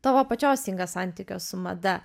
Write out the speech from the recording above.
tavo pačios inga santykio su mada